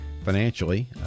Financially